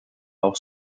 auch